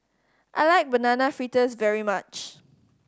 I like Banana Fritters very much